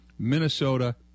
minnesota